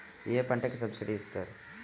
ఏ పంటకు సబ్సిడీ ఇస్తారు?